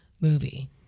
movie